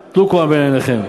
אז אנא, טלו קורה מבין עיניכם.